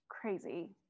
crazy